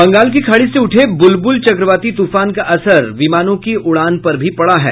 बंगाल की खाड़ी से उठे बुलबुल चक्रवाती तुफान का असर विमानों की उड़ान पर भी पड़ा है